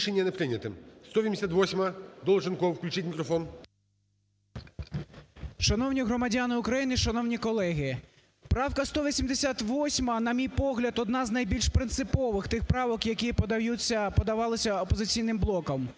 Шановні громадяни України, шановні колеги, правка 188, на мій погляд, одна з найбільш принципових тих правок, які подавалися "Опозиційним блоком".